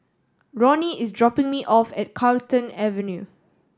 Ronny is dropping me off at Carlton Avenue